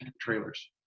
trailers